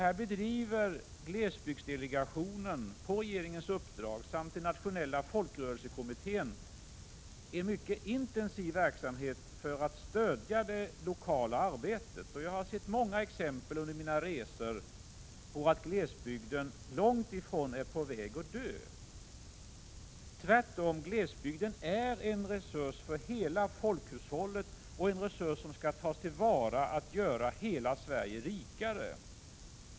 Här bedriver glesbygdsdelegationen på regeringens uppdrag samt Nationella Folkrörelsekommittén en mycket intensiv verksamhet för att stödja det lokala arbetet. Jag har under mina resor sett många exempel på att glesbygden långt ifrån är på väg att dö. Tvärtom — glesbygden är en resurs för hela folkhushållet, och en resurs som skall tas till vara för att göra hela Sverige rikare.